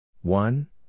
One